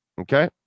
Okay